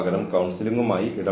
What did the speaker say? അനുസരണക്കേടാണ് മറ്റൊന്ന്